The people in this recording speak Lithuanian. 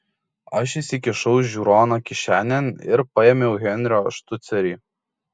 aš įsikišau žiūroną kišenėn ir paėmiau henrio štucerį